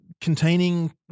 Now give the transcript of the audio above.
containing